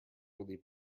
really